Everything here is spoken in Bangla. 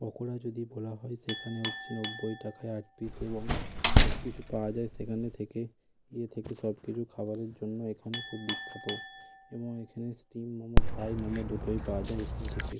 পকোড়া যদি বলা হয় সেখানে হচ্ছে নব্বই টাকায় এক পিস এবং সব কিছু পাওয়া যায় সেখানে থেকে ইয়ে থেকে সব কিছু খাবারের জন্য এখানে খুব বিখ্যাত এবং এখানে স্টিম মোমো ফ্রাই মোমো দুটোই পাওয়া যায় এখান থেকে